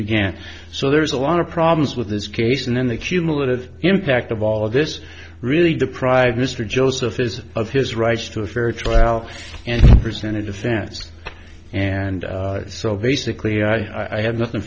began so there's a lot of problems with this case and then the cumulative impact of all of this really deprive mr joseph is of his rights to a fair trial and present a defense and so basically i have nothing